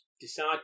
decide